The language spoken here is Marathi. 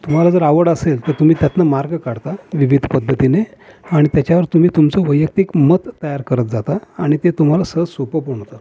तुम्हाला जर आवड असेल तर तुम्ही त्यातून मार्ग काढता विविध पध्दतीने आणि त्याच्यावर तुम्ही तुमचं वैयक्तिक मत तयार करत जाता आणि ते तुम्हाला सहज सोपं पण होतं